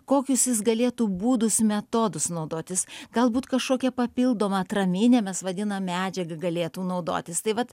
kokius jis galėtų būdus metodus naudotis galbūt kažkokią papildomą atramine mes vadinam medžiaga galėtų naudotis tai vat